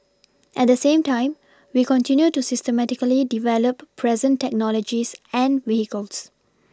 at the same time we continue to systematically develop present technologies and vehicles